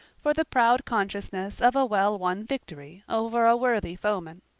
for the proud consciousness of a well-won victory over a worthy foeman.